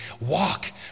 Walk